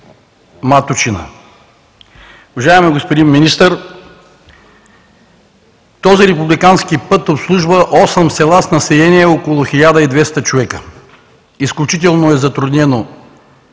Маточина. Уважаеми господин Министър, този републикански път обслужва осем села с население около 1200 човека. Изключително е затруднено